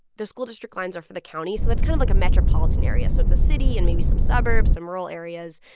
the school district lines are for the county, so that's kind of, like, a metropolitan area. so it's a city and maybe some suburbs, some rural areas.